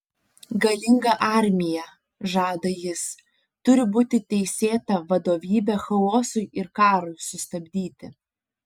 galinga armija žada jis turi būti teisėta vadovybė chaosui ir karui sustabdyti